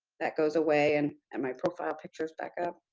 that goes away and and my profile picture is back up.